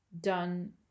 done